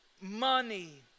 money